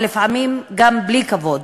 ולפעמים גם בלי כבוד,